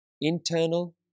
internal